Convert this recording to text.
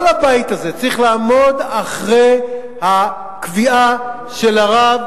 כל הבית הזה צריך לעמוד מאחורי הקביעה של הרב